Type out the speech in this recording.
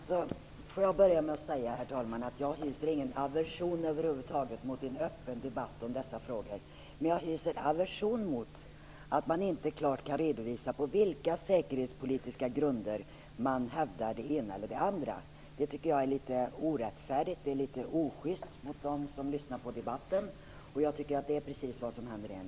Herr talman! Jag får börja med att säga att jag över huvud taget inte hyser någon aversion mot en öppen debatt om dessa frågor. Men jag hyser aversion mot att man inte klart kan redovisa de säkerhetspolitiska grunderna för att man hävdar det ena eller det andra, vilket jag tycker är precis vad som händer nu. Det är litet orättfärdigt och osjyst mot dem som lyssnar på debatten.